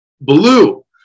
Blue